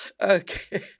Okay